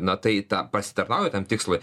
na tai ta pasitarnauja tam tikslui